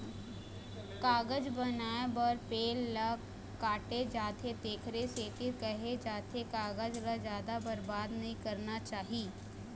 कागज बनाए बर पेड़ ल काटे जाथे तेखरे सेती केहे जाथे कागज ल जादा बरबाद नइ करना चाही